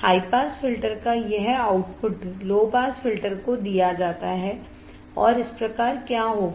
high pass filter का यह output low pass filter को दिया जाता है और इस प्रकार क्या होगा